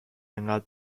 انقدر